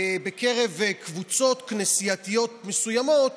בקרב קבוצות כנסייתיות מסוימות